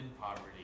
poverty